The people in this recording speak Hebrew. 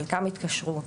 חלקם התקשרו,